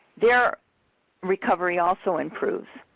their recovery also improves.